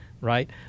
right